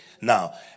Now